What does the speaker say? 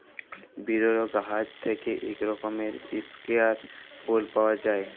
বিরল গাহাচ থ্যাইকে ইক রকমের ইস্কেয়াল ফুল পাউয়া যায়